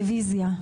רביזיה.